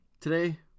today